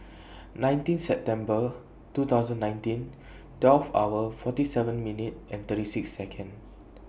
nineteen September two thousand and nineteen twelve hour forty seven minute thirty six Second